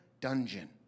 dungeon